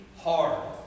hard